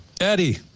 Eddie